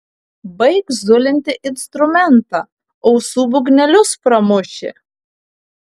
baik zulinti instrumentą ausų būgnelius pramuši